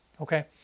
okay